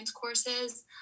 courses